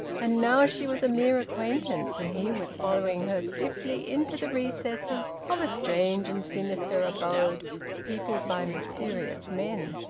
and now she was a mere acquaintance, and he was following her stiffly into the recesses of a strange and sinister abode peopled by mysterious men.